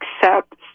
accept